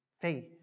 faith